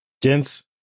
gents